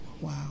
Wow